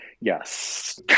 yes